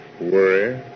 Worry